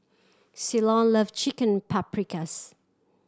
Ceylon love Chicken Paprikas